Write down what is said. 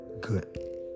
good